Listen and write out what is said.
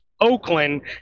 Oakland